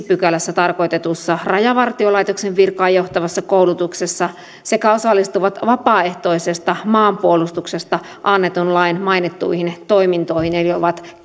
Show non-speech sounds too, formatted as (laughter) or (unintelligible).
(unintelligible) pykälässä tarkoitetussa rajavartiolaitoksen virkaan johtavassa koulutuksessa sekä osallistuvat vapaaehtoisesta maanpuolustuksesta annetun lain mainittuihin toimintoihin eli ovat (unintelligible)